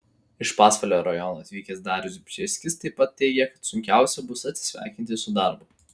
iš pasvalio rajono atvykęs darius bžėskis taip pat teigė kad sunkiausia bus atsisveikinti su darbu